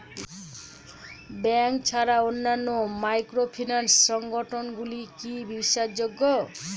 Bank ছাড়া অন্যান্য microfinance সংগঠন গুলি কি বিশ্বাসযোগ্য?